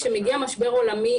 כשמגיע משבר עולמי,